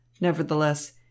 Nevertheless